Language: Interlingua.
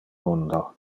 mundo